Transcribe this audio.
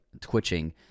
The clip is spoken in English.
twitching